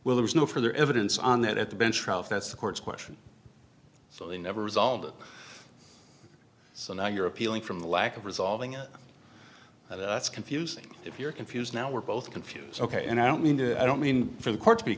will there's no further evidence on that at the bench trial if that's the court's question so they never resolved it so now you're appealing from the lack of resolving it that's confusing if you're confused now we're both confused ok and i don't mean to i don't mean for the court